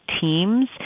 teams